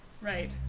Right